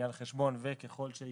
המקדמה היא על חשבון העתיד ככל שייקבע,